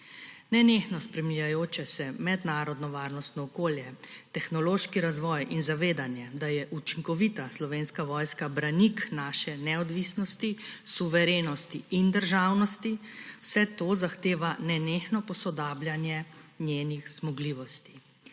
Nenehno spreminjajoče se mednarodno varnostno okolje, tehnološki razvoj in zavedanje, da je učinkovita Slovenska vojska branik naše neodvisnosti, suverenosti in državnosti, vse to zahteva nenehno posodabljanje njenih zmogljivosti.